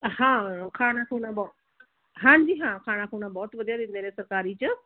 ਹਾਂ ਖਾਣਾ ਖੁਣਾ ਬਹੁਤ ਹਾਂਜੀ ਹਾਂ ਖਾਣਾ ਖੁਣਾ ਬਹੁਤ ਵਧੀਆ ਦਿੰਦੇ ਨੇ ਸਰਕਾਰੀ 'ਚ